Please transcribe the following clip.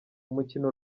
umukino